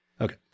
Okay